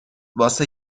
واسه